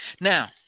Now